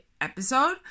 episode